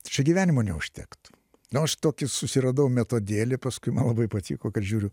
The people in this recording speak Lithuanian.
tai čia gyvenimo neužtektų nu aš tokį susiradau metodėlį paskui man labai patiko kad žiūriu